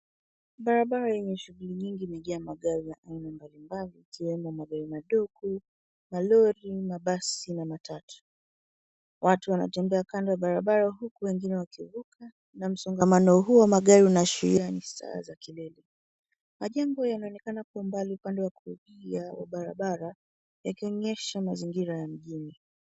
Barabara yenye shughuli nyingi imejaa magari ya aina mbalimbali ikiwemo magari madogo, malori, mabasi na matatu. Watu wanatembea kando ya barabara huku wengine wakivuka na msongamano huu wa magari unaashiria ni saa za kilele. Majengo yanaonekana kwa umbali upande wa kulia wa barabara yakionyesha mazingira ya mjini.